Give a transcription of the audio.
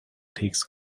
takes